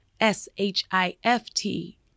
S-H-I-F-T